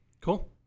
Cool